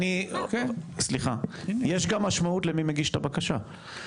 יש גם משמעות למי מגיש את הבקשה,